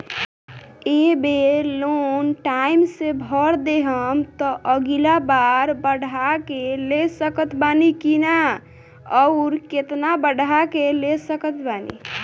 ए बेर loan time से भर देहम त अगिला बार बढ़ा के ले सकत बानी की न आउर केतना बढ़ा के ले सकत बानी?